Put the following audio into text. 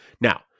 Now